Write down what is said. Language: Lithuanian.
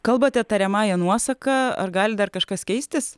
kalbate tariamąja nuosaka ar gali dar kažkas keistis